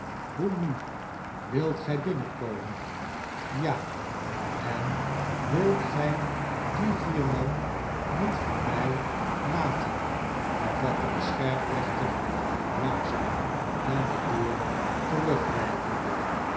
hoe nu wilt gij binnenkomen ja en wilt gij die vier man niet voor mi laien hervatte de scherprechter langzaam naar de deur terugwijkende